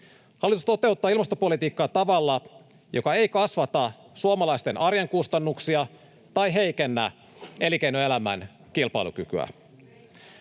Hallitus toteuttaa ilmastopolitiikkaa tavalla, joka ei kasvata suomalaisten arjen kustannuksia tai heikennä elinkeinoelämän kilpailukykyä.